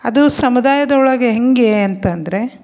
ಅದು ಸಮುದಾಯದೊಳಗೆ ಹೇಗೆ ಅಂತಂದರೆ